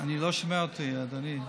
אני לא שומע אותי, אדוני.